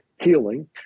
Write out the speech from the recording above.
healing